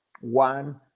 one